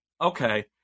okay